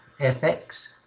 FX